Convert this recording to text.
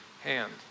hand